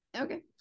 Okay